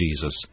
Jesus